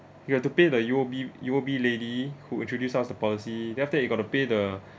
you have to pay the U_O_B U_O_B lady who introduced us the policy then after that you got to pay the